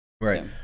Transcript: Right